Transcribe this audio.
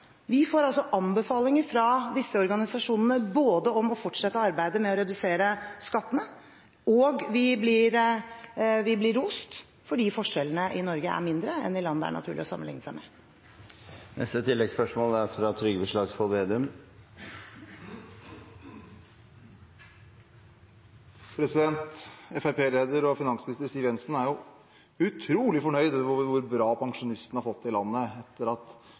Vi får altså anbefalinger fra disse organisasjonene om å fortsette arbeidet med å redusere skattene, og vi blir rost fordi forskjellene i Norge er mindre enn i land det er naturlig å sammenlikne seg med. Trygve Slagsvold Vedum – til oppfølgingsspørsmål. Fremskrittsparti-leder og finansminister Siv Jensen er utrolig fornøyd med hvor bra pensjonistene har fått det i landet etter at